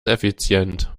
effizient